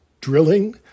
drilling